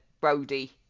Brody